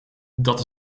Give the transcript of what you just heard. dat